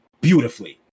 beautifully